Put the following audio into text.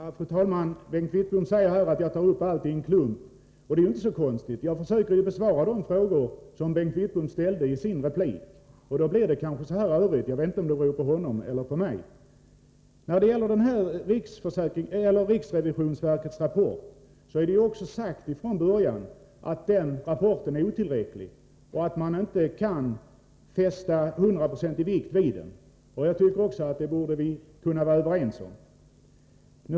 Fru talman! Bengt Wittbom säger här att jag tar upp allt i en klump. Det är juinte så konstigt. Jag försökte besvara de frågor som Bengt Wittbom ställde i sin replik, och då blir det kanske så här rörigt. Jag vet inte om det beror på honom eller på mig. När det gäller riksrevisionsverkets rapport är det ju sagt från början att den rapporten är otillräcklig, att man inte kan fästa hundraprocentig vikt vid den. Jag tycker också att vi borde kunna vara överens om det.